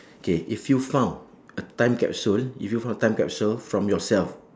K if you found a time capsule ah if you found a time capsule from yourself